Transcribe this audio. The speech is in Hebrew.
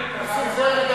נסים זאב הוא יותר,